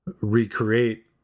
recreate